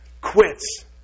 quits